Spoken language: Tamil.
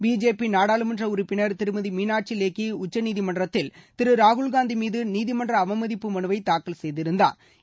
பிஜேபி நாடாளுமன்ற உறுப்பினா் திருமதி மீனாட்சி லேக்கி உச்சநீதிமன்றத்தில் திரு ராகுல் காந்தி மீது நீதிமன்ற அவமதிப்பு மனுவைத் தாக்கல் செய்திருந்தாா்